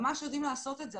ממש יודעים לעשות את זה.